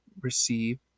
receive